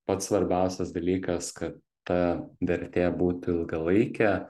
pats svarbiausias dalykas kad ta vertė būtų ilgalaikė